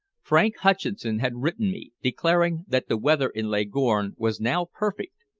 frank hutcheson had written me declaring that the weather in leghorn was now perfect,